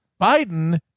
Biden